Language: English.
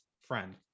friend